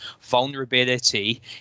vulnerability